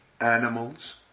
animals